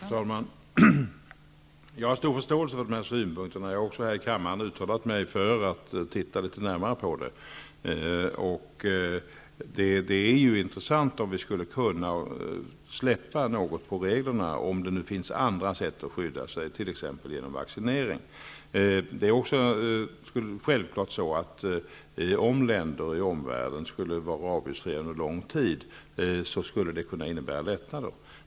Fru talman! Jag har stor förståelse för de synpunkterna. Jag har också här i kammaren uttalat mig för att titta litet närmare på detta. Det vore intressant om vi skulle kunna släppa något på reglerna, om det nu finns andra sätt att skydda sig, t.ex. genom vaccinering. Det är självfallet också så att om länder i omvärlden under lång tid är rabiesfria skulle det kunna innebära lättnader.